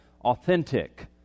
Authentic